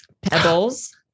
Pebbles